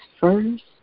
first